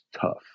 tough